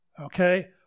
Okay